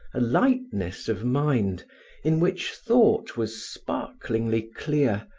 a lightness of mind in which thought was sparklingly clear,